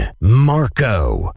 Marco